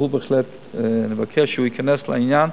ובהחלט אני אבקש שהוא ייכנס לעניין,